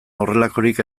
horrelakorik